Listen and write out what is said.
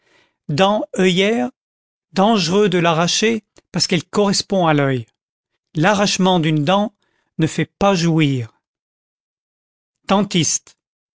dent oeillère dangereux de l'arracher parce qu'elle correspond à l'oeil l'arrachement d'une dent ne fait pas jouir dentistes